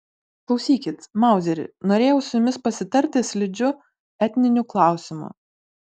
klausykit mauzeri norėjau su jumis pasitarti slidžiu etniniu klausimu